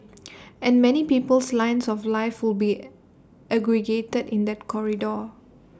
and many people's lines of life will be aggregated in that corridor